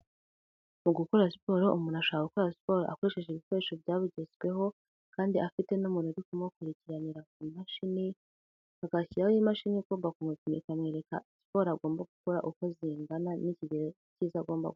Mu gukora siporo umuntu ashobora gukora siporo akoresheje ibikoresho byaba bigezweho kandi afite n'umuntu uri kumukurikiranira kumashini. Agashyiraho imashini igomba kumurika ikamwereka siporo agomba gukora uko zingana n'ikigero cyiza agomba gukora.